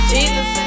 Jesus